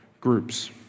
groups